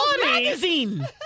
magazine